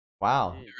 Wow